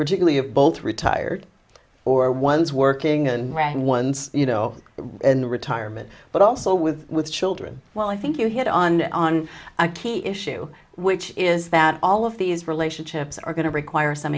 particularly of both retired or one's working and rang once you know in the retirement but also with children well i think you hit on on a key issue which is that all of these relationships are going to require some